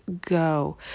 go